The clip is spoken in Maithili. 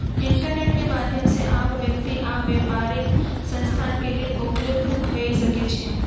इंटरनेट के माध्यम से आब व्यक्ति आ व्यापारिक संस्थान के ऋण उपलब्ध भ सकै छै